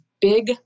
big